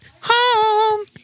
home